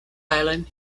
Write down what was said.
island